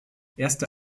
erste